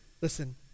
Listen